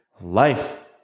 life